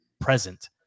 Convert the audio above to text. present